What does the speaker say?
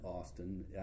Austin